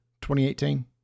2018